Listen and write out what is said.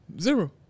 Zero